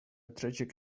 tragic